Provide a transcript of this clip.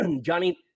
Johnny